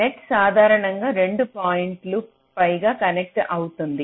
net సాధారణంగా 2 పాయింట్లకు పైగా కనెక్ట్ అవుతుంది